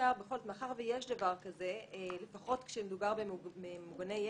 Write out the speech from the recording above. מאחר ויש דבר כזה, לפחות כשמדובר בממוגני ירי,